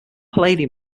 palladium